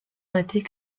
matée